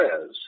says